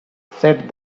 said